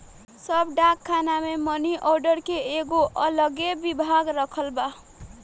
सब डाक खाना मे मनी आर्डर के एगो अलगे विभाग रखल बा